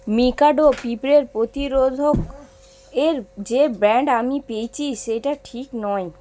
Mikado পিঁপড়ের প্রতিরোধক এর যে ব্র্যান্ড আমি পেয়েছি সেটা ঠিক নয়